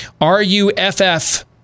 R-U-F-F